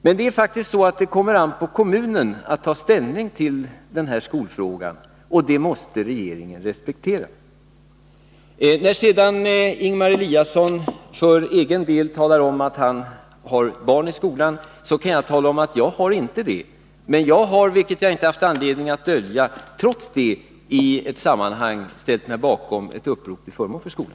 Det ankommer faktiskt på kommunen att ta ställning till den här frågan, och det måste regeringen respektera. Ingemar Eliasson talar för egen del om att han har barn i skolan. Jag kan då säga att jag inte har det, men jag har, vilket jag inte haft anledning att dölja, trots det i ett sammanhang ställt mig bakom ett upprop till förmån för skolan.